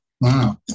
Wow